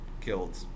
Killed